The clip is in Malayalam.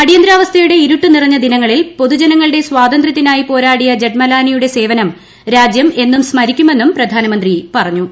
അടിയന്തിരാവസ്ഥയുടെ ഇരുട്ട് നിറഞ്ഞ ദിനങ്ങളിൽ പൊതുജനങ്ങളുടെ സ്വാതന്ത്ര്യത്തിനായി പോരാടിയ ജെഠ്മലാനിയുടെ സേവനം രാജ്യം എന്നും സ്മരിക്കുമെന്നും അദ്ദേഹം പറഞ്ഞു